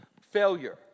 failure